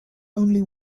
only